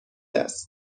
است